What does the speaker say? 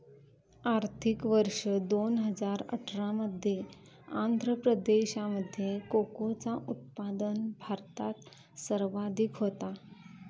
आर्थिक वर्ष दोन हजार अठरा मध्ये आंध्र प्रदेशामध्ये कोकोचा उत्पादन भारतात सर्वाधिक होता